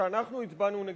שאנחנו הצבענו נגדה,